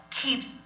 keeps